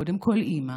קודם כול אימא,